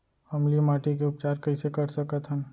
अम्लीय माटी के उपचार कइसे कर सकत हन?